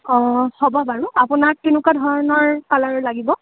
অঁ হ'ব বাৰু আপোনাক কেনেকুৱা ধৰণৰ কালাৰৰ লাগিব